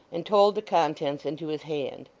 and told the contents into his hand.